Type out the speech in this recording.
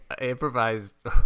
improvised